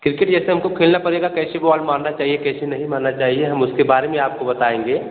cricket जैसे हमको खेलना पड़ेगा कैसे बॉल मारना चाहिए कैसे नहीं मारना चाहिए हम उसके बारे में आपको बताएँगे